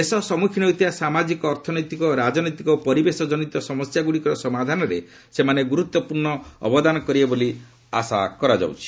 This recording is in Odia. ଦେଶ ସମ୍ମଖୀନ ହେଉଥିବା ସାମାଜିକ ଅର୍ଥନୈତିକ ରାଜନୈତିକ ଓ ପରିବେଶ ଜନିତ ସମସ୍ୟାଗୁଡ଼ିକର ସମାଧାନରେ ସେମାନେ ଗୁରୁତ୍ୱପୂର୍ଣ୍ଣ ଅବଦାନ କରିପାରିବେ ବୋଲି ଆଶା କରାଯାଉଛି